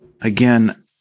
again